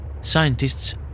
Scientists